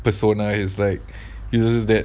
persona is like is like that